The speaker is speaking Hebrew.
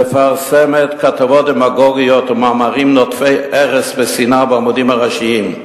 מפרסמת כתבות דמגוגיות ומאמרים נוטפי ארס ושנאה בעמודים הראשיים.